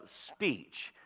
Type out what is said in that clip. speech